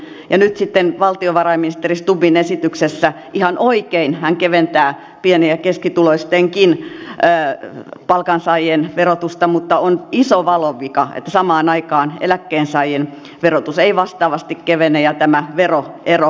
nyt sitten valtiovarainministeri stubbin esityksessä ihan oikein hän keventää pieni ja keskituloistenkin palkansaajien verotusta mutta on iso valuvika että samaan aikaan eläkkeensaajien verotus ei vastaavasti kevene ja tämä veroero revitään nyt auki